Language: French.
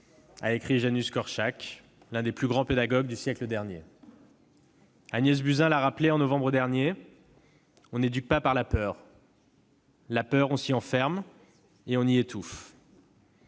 a écrit Janusz Korczak, l'un des plus grands pédagogues du siècle dernier. Agnès Buzyn l'a rappelé au mois de novembre dernier : on n'éduque pas par la peur. La peur, on s'y enferme et on y étouffe.